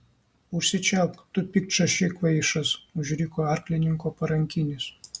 užsičiaupk tu piktšaši kvaišas užriko arklininko parankinis